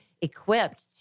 equipped